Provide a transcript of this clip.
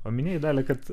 paminėjai dalia kad